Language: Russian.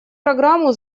программу